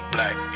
Black